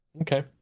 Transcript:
okay